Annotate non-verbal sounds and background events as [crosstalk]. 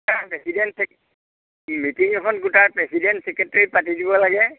[unintelligible] president [unintelligible] meeting এখন গোটাই president secretary পাতি দিব লাগে